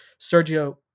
Sergio